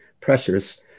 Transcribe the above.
pressures